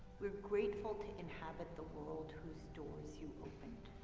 we're grateful to inhabit the world whose doors you opened.